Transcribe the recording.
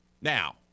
Now